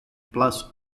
plus